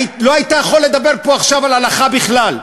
לא היית יכול לדבר פה עכשיו על הלכה בכלל.